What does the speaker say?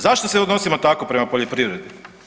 Zašto se odnosimo tako prema poljoprivredi?